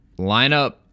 lineup